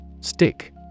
STICK